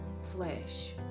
Flesh